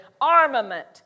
armament